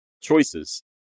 choices